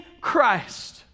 Christ